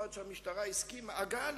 זה אשתו לקחה לו.